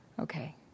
Okay